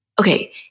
okay